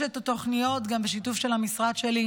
יש תוכניות גם בשיתוף של המשרד שלי.